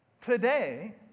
Today